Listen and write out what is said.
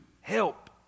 help